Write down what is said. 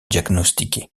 diagnostiqué